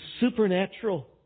supernatural